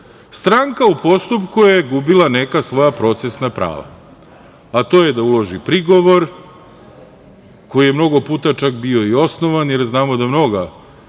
stranka u postupku je gubila neka svoja procesna prava, a to je da uloži prigovor, koji je mnogo puta čak bio i osnovan, jer znamo da mnoga